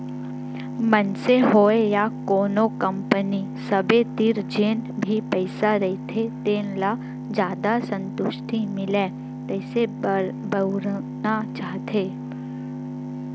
मनसे होय या कोनो कंपनी सबे तीर जेन भी पइसा रहिथे तेन ल जादा संतुस्टि मिलय तइसे बउरना चाहथे